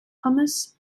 hummus